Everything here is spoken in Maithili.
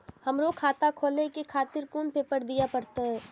हमरो खाता खोले के खातिर कोन पेपर दीये परतें?